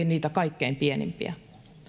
niitä kaikkein pienimpiä